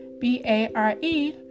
B-A-R-E